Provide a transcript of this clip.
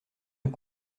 est